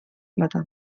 bata